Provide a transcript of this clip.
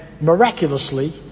miraculously